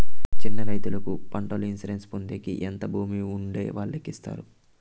చిన్న రైతుకు పంటల ఇన్సూరెన్సు పొందేకి ఎంత భూమి ఉండే వాళ్ళకి ఇస్తారు?